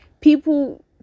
people